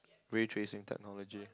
retracing technology